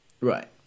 right